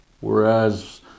whereas